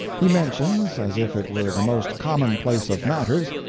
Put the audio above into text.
he mentions as if it were the most commonplace of matters,